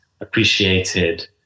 appreciated